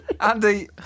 Andy